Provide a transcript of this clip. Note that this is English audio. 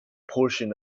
portion